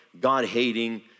God-hating